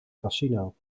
casino